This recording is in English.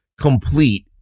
complete